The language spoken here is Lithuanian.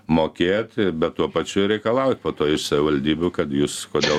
mokėti bet tuo pačiu ir reikalaut po to iš savivaldybių kad jūs kodėl